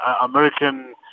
American